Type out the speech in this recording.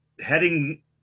heading